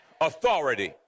authority